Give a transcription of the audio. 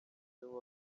aribo